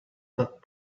that